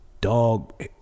dog